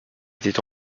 était